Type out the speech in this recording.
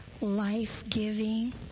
life-giving